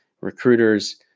recruiters